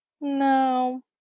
No